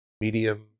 medium